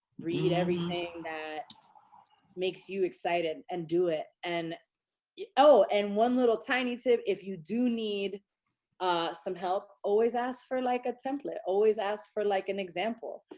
read everything that makes you excited and do it. and oh, and one little tiny tip if you do need some help. always ask for like a template. always ask for like an example.